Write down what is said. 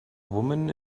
woman